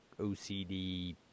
OCD